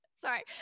sorry